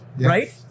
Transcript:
Right